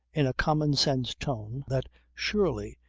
in a common-sense tone, that, surely,